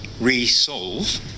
RESOLVE